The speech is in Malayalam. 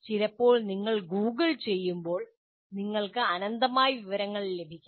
ചിലപ്പോൾ നിങ്ങൾ Google ചെയ്യുമ്പോൾ നിങ്ങൾക്ക് അനന്തമായ വിവരങ്ങൾ ലഭിക്കും